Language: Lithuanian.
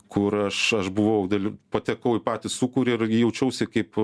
kur aš aš buvau daly patekau į patį sūkurį ir jaučiausi kaip